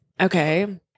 Okay